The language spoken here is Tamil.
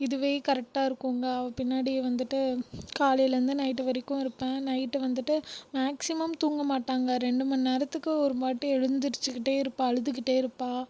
இதுவே கரெக்டாக இருக்குங்க அவள் பின்னாடியே வந்துட்டு காலையிலேருந்து நைட்டு வரைக்கும் இருப்பேன் நைட்டு வந்துட்டு மேக்ஸிமம் தூங்க மாட்டாங்க ரெண்டு மணி நேரத்துக்கு ஒரு வாட்டி எழுந்துருச்சிக்கிட்டே இருப்பாள் அழுதுக்கிட்டே இருப்பாள்